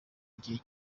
gihe